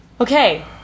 Okay